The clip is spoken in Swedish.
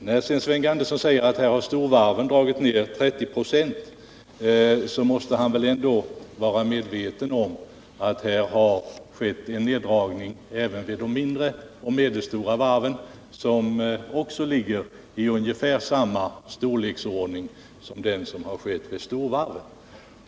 Men när Sven G. Andersson säger att storvarven har dragit ner verksamheten med 30 96, så måste han väl vara medveten om att det har skett en neddragning även vid de mindre och medelstora varven som ligger i ungefär samma storleksordning som den vid storvarven.